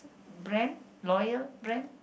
brand loyal brand